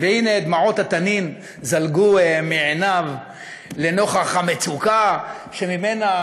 והנה דמעות התנין זלגו מעיניו לנוכח המצוקה שממנה